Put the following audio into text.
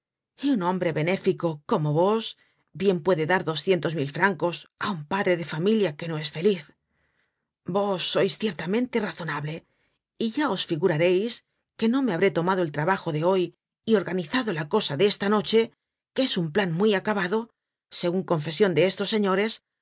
y un hombre benéfico como vos bien puede dar doscientos mil francos á un padre de familia que no es feliz vos sois ciertamente razonable y ya os figurareis que no me habré tomado el trabajo de hoy y organizado la cosa de esta noche que es un plan muy acabado segun confesion de estos señores